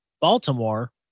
Baltimore